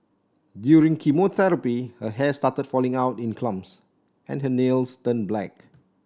during chemotherapy her hair started falling out in clumps and her nails turned black